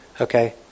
okay